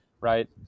right